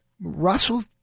Russell